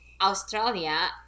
Australia